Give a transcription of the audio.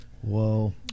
Whoa